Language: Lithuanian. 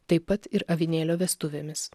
taip pat ir avinėlio vestuvėmis